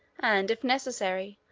and, if necessary,